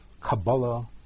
Kabbalah